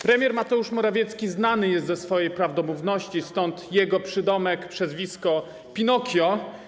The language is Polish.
Premier Mateusz Morawiecki znany jest ze swojej prawdomówności, stąd jego przydomek, przezwisko: Pinokio.